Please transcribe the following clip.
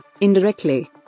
indirectly